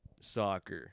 Soccer